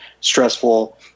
stressful